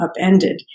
upended